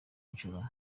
inshuro